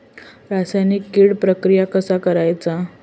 रासायनिक कीड प्रक्रिया कसा करायचा?